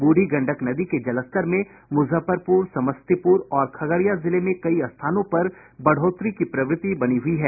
बूढ़ी गंडक नदी के जलस्तर में मुजफ्फरपुर समस्तीपुर और खगड़िया जिले में कई स्थानों पर बढ़ोतरी की प्रवृत्ति बनी हुई है